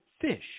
fish